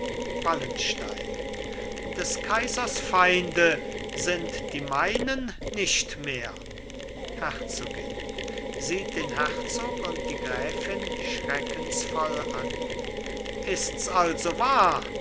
wallenstein des kaisers feinde sind die meinen nicht mehr herzogin sieht den herzog und die gräfin schreckensvoll an ists also wahr